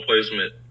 placement